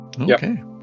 Okay